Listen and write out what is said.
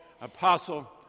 apostle